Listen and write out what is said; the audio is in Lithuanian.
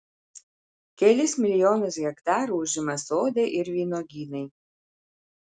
kelis milijonus hektarų užima sodai ir vynuogynai